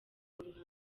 ruhame